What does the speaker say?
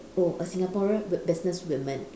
oh a Singaporean bu~ business woman